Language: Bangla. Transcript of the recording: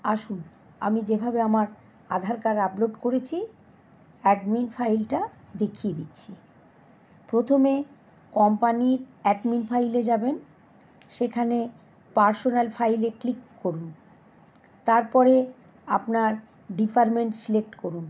আসুন আমি যেভাবে আমার আধার কার্ড আপলোড করেছি অ্যাডমিন ফাইলটা দেখিয়ে দিচ্ছি প্রথমে কম্পানির অ্যাডমিন ফাইলে যাবেন সেখানে পার্সোনাল ফাইলে ক্লিক করুন তারপরে আপনার ডিফারমেন্ট সিলেক্ট করুন